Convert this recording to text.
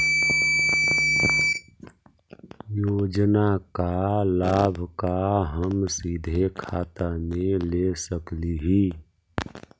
योजना का लाभ का हम सीधे खाता में ले सकली ही?